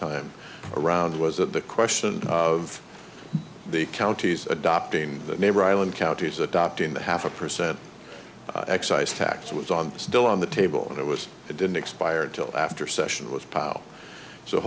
time around was that the question of the counties adopting the neighbor island counties adopting the half a percent excise tax was on still on the table and it was it didn't expire until after session with pal so